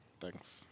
Thanks